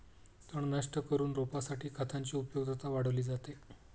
तण नष्ट करून रोपासाठी खतांची उपयुक्तता वाढवली जाते